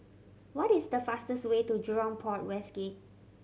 what is the fastest way to Jurong Port West Gate